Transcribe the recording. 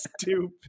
stupid